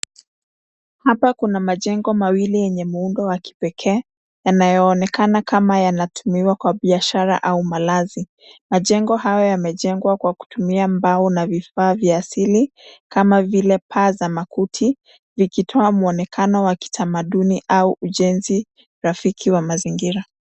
Hapa kuna majengo mawili yenye muundo wa kipekee, yanayoonekana kama yanatumiwa kwa biashara au malazi. Majengo haya yamejengwa kwa kutumia mbao na vifaa vya asili kama vile paa za makuti ikitoa mwonekano wa kitamaduni au ujenzi rafiki wa mazingira.